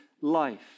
life